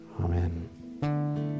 amen